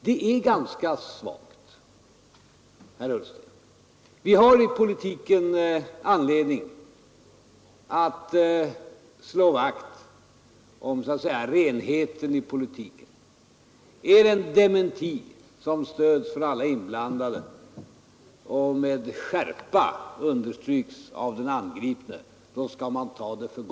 Det är ganska svagt, herr Ullsten. Vi har i politiken anledning att slå vakt om så att säga renheten i politiken. En dementi, som stöds av alla inblandade och med skärpa understryks av den angripne, skall man godtaga.